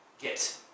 get